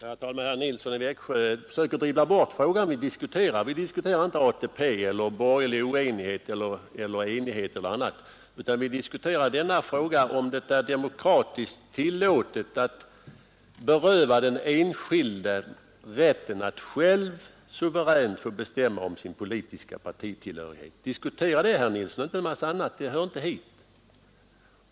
Herr talman! Herr Nilsson i Växjö försöker dribbla bort den fråga vi diskuterar. Vi diskuterar inte ATP eller borgerlig oenighet eller enighet, an om det är demokratiskt tillåtet att beröva den utan vi diskuterar fr enskilde rätten att själv suveränt bestämma över sin politiska partitillhörighet. Diskutera det, herr Nilsson, och inte en massa annat — det hör inte hit.